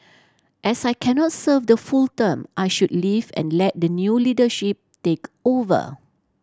as I cannot serve the full term I should leave and let the new leadership take over